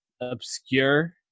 obscure